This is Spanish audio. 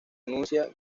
anuncia